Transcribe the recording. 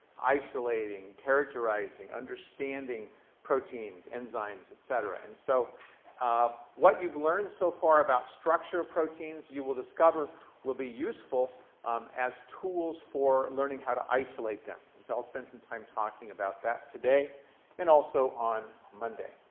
isolating, characterizing, understanding proteins, enzymes, etc. and so um what you've learned so far about structure of proteins, you will discover will be useful um as tools for learning how to isolate them. and so i'll spend some time talking about that today and also on monday